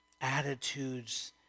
attitudes